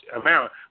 amount